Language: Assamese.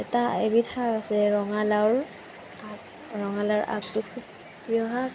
এটা এবিধ শাক আছে ৰঙালাওৰ আগ ৰঙালাওৰ আগটো খুব প্ৰিয় হয়